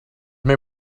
may